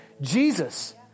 Jesus